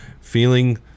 feeling